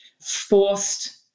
forced